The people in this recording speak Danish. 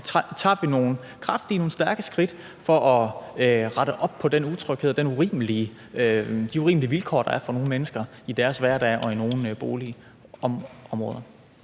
tager vi nogle kraftige og nogle stærke skridt for at rette op på den utryghed og de urimelige vilkår, der er for nogle menneskers hverdag i nogle boligområder.